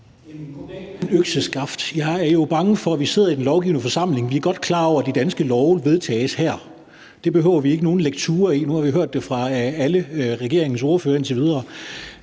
økseskaft. Vi sidder jo i den lovgivende forsamling, er jeg bange for. Vi er godt klar over, at de danske love vedtages her. Det behøver vi ikke nogen lekture i. Nu har vi hørt fra alle regeringens ordførere indtil videre.